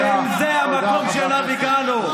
שאם זה המקום שאליו הגענו,